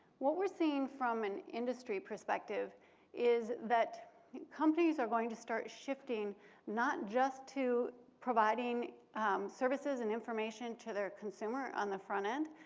what we're seeing from an industry perspective is that companies are going to start shifting not just to providing services and information to their consumer on the front end,